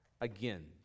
again